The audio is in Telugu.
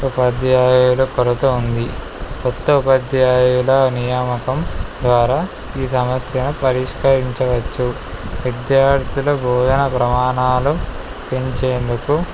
ఉపాధ్యాయులు కొరత ఉంది క్రొత్త ఉపాధ్యాయుల నియామకం ద్వారా ఈ సమస్యను పరిష్కరించవచ్చు విద్యార్థుల భోజన ప్రమాణాలు పెంచేందుకు